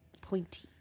Pointy